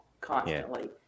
constantly